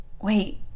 wait